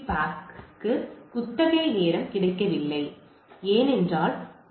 DHCPACK க்கு குத்தகை நேரம் கிடைக்கவில்லை என்றால் 87